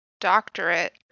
doctorate